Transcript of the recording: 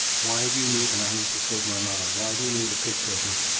why do you need. and i used to say to my mother, why do you need a picture of me?